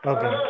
Okay